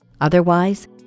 Otherwise